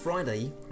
Friday